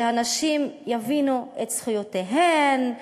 שהנשים יבינו את זכויותיהן,